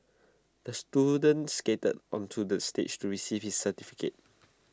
the student skated onto the stage to receive his certificate